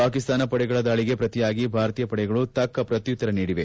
ಪಾಕಿಸ್ತಾನ ಪಡೆಗಳ ದಾಳಿಗೆ ಪ್ರತಿಯಾಗಿ ಭಾರತೀಯ ಪಡೆಗಳು ತಕ್ಕ ಪ್ರಕ್ಯುತ್ತರ ನೀಡಿವೆ